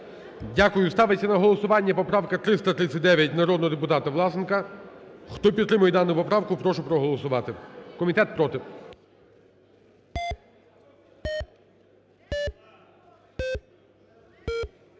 Дякую. Ставиться на голосування поправка 339 народного депутата Власенка. Хто підтримує дану поправку, прошу проголосувати. Комітет – проти.